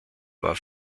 war